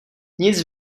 nic